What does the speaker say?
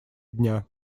дня